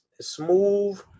smooth